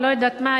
אני לא יודעת מה,